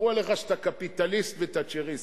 אמרו עליך שאתה קפיטליסט ותאצ'ריסט.